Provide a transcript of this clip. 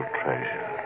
treasure